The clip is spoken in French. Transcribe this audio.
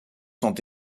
sont